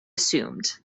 assumed